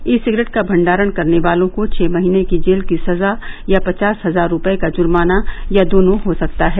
ई cigarette का भंडारण करने वालों को छह महीने की जेल की सजा या पचास हजार रूपये का जुर्माना या दोनों हो सकता है